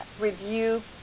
review